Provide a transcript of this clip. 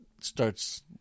starts